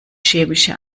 chemische